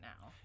now